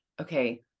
okay